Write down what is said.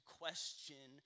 question